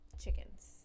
chickens